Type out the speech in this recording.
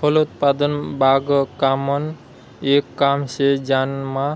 फलोत्पादन बागकामनं येक काम शे ज्यानामा